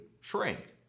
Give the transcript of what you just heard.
shrink